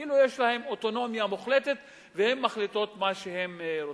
כאילו יש להן אוטונומיה מוחלטת והן מחליטות מה שהן רוצות.